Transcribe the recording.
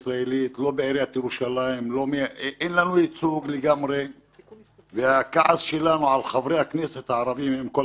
הם חוסכים מ-25% וכמה הם ויתרו על חובות למיליארדרים.